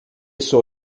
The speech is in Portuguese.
sou